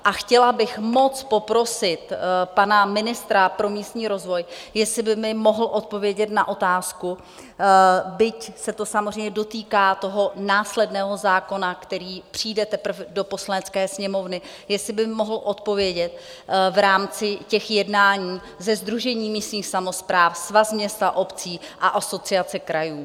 A chtěla bych moc poprosit pana ministra pro místní rozvoj, jestli by mi mohl odpovědět na otázku, byť se to samozřejmě dotýká toho následného zákona, který přijde teprve do Poslanecké sněmovny, jestli by i mohl odpovědět v rámci jednání se Sdružením místních samospráv, Svazem měst a obcí a Asociací krajů.